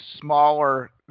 smaller